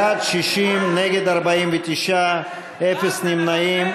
בעד, 60, נגד, 49, אפס נמנעים.